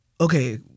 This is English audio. okay